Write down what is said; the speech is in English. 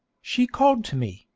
she called to me,